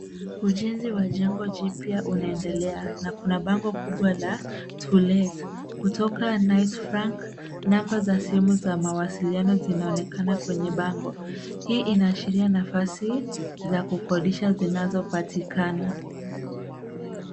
Ujenzi wa jengo jipya unaendelea, na kuna bango kubwa la to let , kutoka nightfrank, namba za simu za mawasiliano zinaonekana kwenye bango. Hii inaashiria nafasi za kukodisha zinazopatikana.